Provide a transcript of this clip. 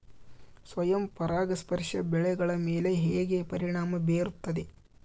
ಸ್ವಯಂ ಪರಾಗಸ್ಪರ್ಶ ಬೆಳೆಗಳ ಮೇಲೆ ಹೇಗೆ ಪರಿಣಾಮ ಬೇರುತ್ತದೆ?